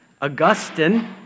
Augustine